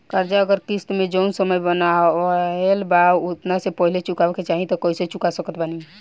कर्जा अगर किश्त मे जऊन समय बनहाएल बा ओतना से पहिले चुकावे के चाहीं त कइसे चुका सकत बानी?